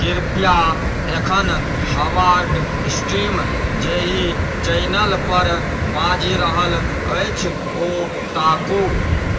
कृपया एखन हवार्ड स्ट्रीम जेहि चैनल पर बाजि रहल अछि ओ ताकू